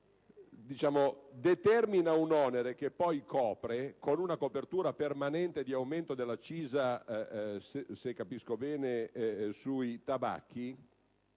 determina un onere che si copre con una copertura permanente di aumento dell'accisa sui tabacchi,